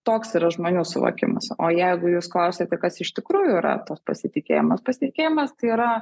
toks yra žmonių suvokimas o jeigu jūs klausiate kas iš tikrųjų yra tas pasitikėjimas pasitikėjimas tai yra